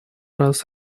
раз